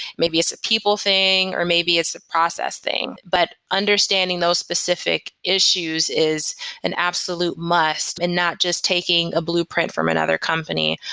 maybe it's a people thing, or maybe it's a process thing. but understanding those specific issues is an absolute must and not just taking a blueprint from another company,